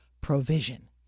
provision